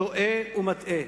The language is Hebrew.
טועה ומטעה.